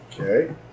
Okay